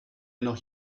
noch